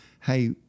hey